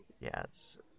Yes